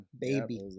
Baby